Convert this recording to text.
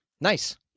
Nice